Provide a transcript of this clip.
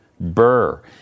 Burr